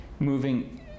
moving